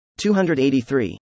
283